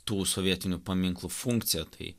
tų sovietinių paminklų funkciją tai